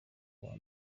kuwa